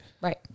Right